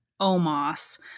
Omos